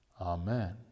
Amen